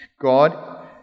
God